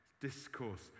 Discourse